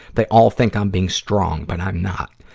they all think i'm being strong, but i'm not.